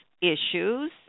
issues